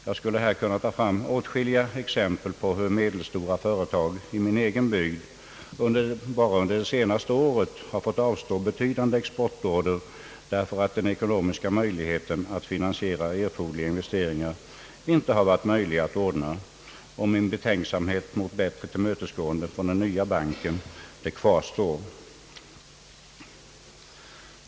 Jag skulle kunna ta fram åtskilliga exempel på hur medelstora företag i min bygd under det senaste året har fått avstå betydande exportorder, därför att det inte funnits möjlighet att finansiera erforderliga investeringar. Mina betänkligheter när det gäller bättre tillmötesgående från den nya banken kvarstår.